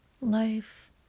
life